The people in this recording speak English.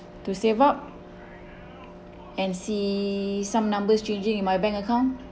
to save up and see some numbers changing in my bank account